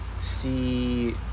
see